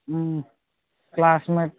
classmate